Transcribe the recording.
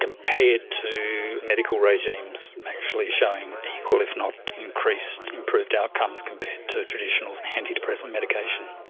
compared to medical regimes actually showing equal if not increased improved outcomes compared to traditional antidepressant medication.